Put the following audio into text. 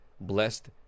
blessed